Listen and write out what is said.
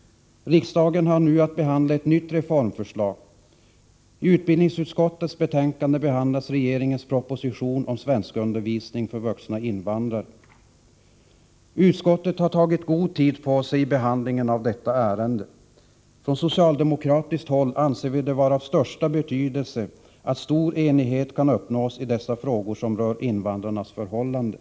Riksdagen har nu att behandla ett nytt reformförslag. I utbildningsutskottets betänkande behandlas regeringens proposition om svenskundervisning för vuxna invandrare. Utskottet har tagit god tid på sig för behandlingen av detta ärende. Från socialdemokratiskt håll anser vi det vara av största betydelse att stor enighet kan uppnås i dessa frågor som rör invandrarnas förhållanden.